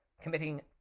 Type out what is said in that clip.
committing